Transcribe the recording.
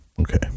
okay